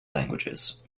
languages